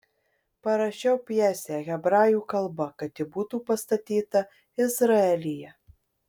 parašiau pjesę hebrajų kalba kad ji būtų pastatyta izraelyje